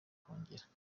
akongera